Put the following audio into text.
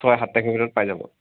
ছয় সাত তাৰিখৰ ভিতৰত পাই যাব